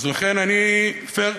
לכן אני, פייר,